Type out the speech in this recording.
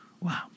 Wow